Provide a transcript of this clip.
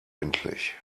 endlich